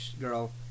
girl